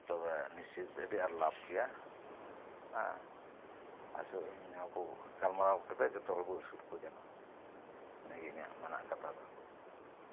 ᱛᱚᱵᱮ ᱱᱤᱥᱪᱤᱛ ᱟᱹᱰᱤ ᱟᱸᱴ ᱞᱟᱵᱷ ᱜᱮᱭᱟ ᱦᱮᱸ ᱟᱥᱚᱜ ᱟᱹᱧ ᱱᱚᱶᱟ ᱠᱚ ᱜᱟᱞᱢᱟᱨᱟᱣ ᱠᱟᱛᱮᱫ ᱡᱚᱛᱚ ᱦᱚᱲ ᱵᱚ ᱟᱹᱥᱩᱞ ᱠᱚ ᱡᱮᱱᱚ ᱤᱱᱟᱹ ᱜᱮ ᱤᱧᱟᱹᱜ ᱢᱮᱱᱟᱜᱼᱟ ᱠᱟᱛᱷᱟ ᱫᱚ